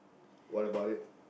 what about it